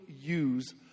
use